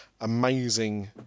amazing